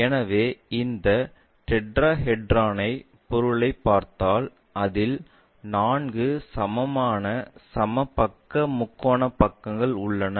எனவே இந்த டெட்ராஹெட்ரானைப் பொருளை பார்த்தால் அதில் நான்கு சமமான சமபக்க முக்கோண பக்கங்கள் உள்ளன